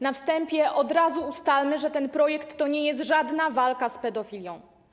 Na wstępie od razu ustalmy, że ten projekt to nie jest żadna walka z pedofilią.